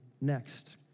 next